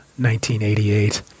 1988